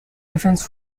defense